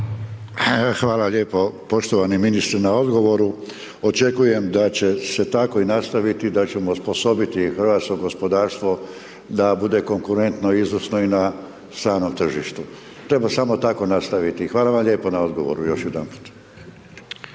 Hvala lijepo poštovani ministre na odgovoru, očekujem da će se tako i nastaviti, da ćemo osposobiti hrvatsko gospodarstvo da bude konkretno, izvrsno i na stranom tržištu, treba samo tako nastaviti i hvala vam lijepo na odgovoru